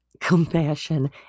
compassion